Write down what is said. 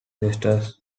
sisters